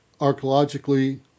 archaeologically